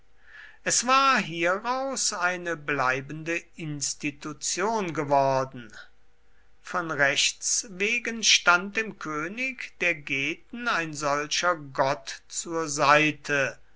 es war hieraus eine bleibende institution geworden von rechts wegen stand dem könig der geten ein solcher gott zur seite